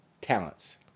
talents